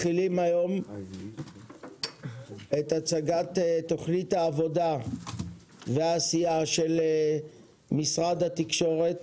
אנחנו מתחילים היום את הצגת תוכנית העבודה והעשייה של משרד התקשורת